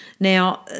Now